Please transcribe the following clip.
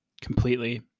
Completely